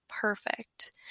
perfect